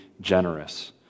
generous